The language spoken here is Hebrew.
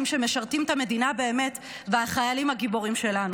שמשרתים את המדינה באמת והחיילים הגיבורים שלנו.